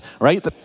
right